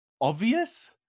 obvious